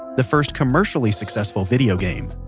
the first commercially successful video game.